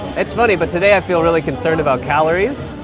it's funny but today i feel really concerned about calories,